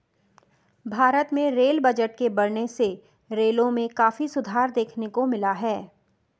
भारत में rail budget के बढ़ने से रेलों में काफी सुधार देखने को मिला है